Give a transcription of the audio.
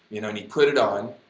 you know, and he put it on,